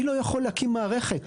אני לא יכול להקים מערכת.